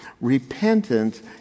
Repentance